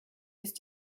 ist